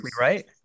right